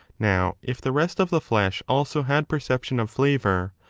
now, if the rest of the flesh also had perception of flavour,